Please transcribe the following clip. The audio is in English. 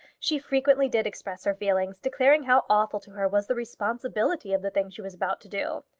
she frequently did express her feelings declaring how awful to her was the responsibility of the thing she was about to do.